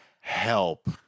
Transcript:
Help